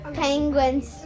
penguins